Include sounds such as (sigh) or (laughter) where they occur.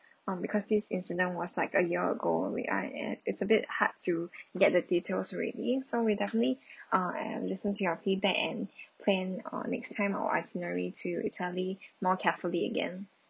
um because this incident was like a year ago we are uh it's a bit hard to get the details ready so we definitely (breath) ah uh listen to your feedback and plan uh next time our itinerary to italy more carefully again